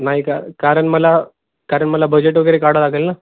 नाही का कारण मला कारण मला बजेट वगैरे काढावं लागेल ना